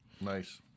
Nice